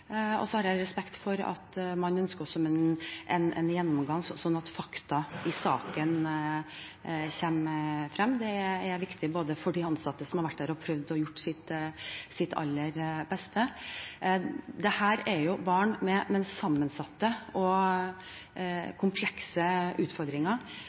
har også respekt for at man ønsker en gjennomgang sånn at fakta i saken kommer frem. Det er viktig for de ansatte som har vært der og prøvd å gjøre sitt aller beste. Dette er barn med sammensatte og